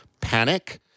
panic